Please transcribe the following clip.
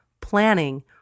planning